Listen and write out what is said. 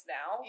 now